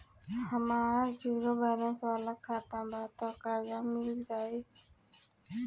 हमार zero balance वाला खाता बा त कर्जा मिल जायी?